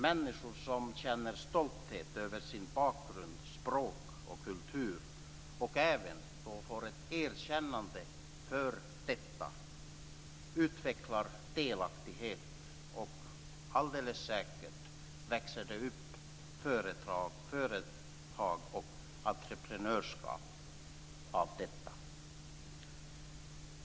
Människor som känner stolthet över sin bakgrund, sitt språk och sin kultur och även får ett erkännande för detta, utvecklar delaktighet, och alldeles säkert växer det upp företag och entreprenörskap av detta.